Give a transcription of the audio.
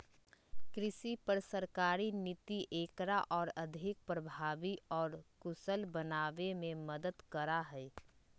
कृषि पर सरकारी नीति एकरा और अधिक प्रभावी और कुशल बनावे में मदद करा हई